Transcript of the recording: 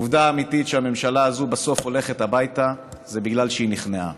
העובדה האמיתית שהממשלה הזאת בסוף הולכת הביתה בגלל שהיא נכנעה,